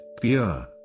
pure